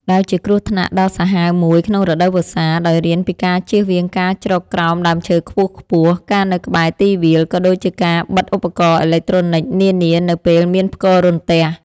ដែលជាគ្រោះថ្នាក់ដ៏សាហាវមួយក្នុងរដូវវស្សា ដោយរៀនពីការចៀសវាងការជ្រកក្រោមដើមឈើខ្ពស់ៗ ការនៅក្បែរទីវាល ក៏ដូចជាការបិទឧបករណ៍អេឡិចត្រូនិចនានានៅពេលមានផ្គររន្ទះ។